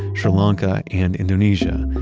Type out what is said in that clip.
sri lanka, and indonesia.